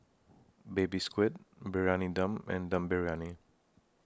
Baby Squid Briyani Dum and Dum Briyani